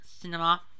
Cinema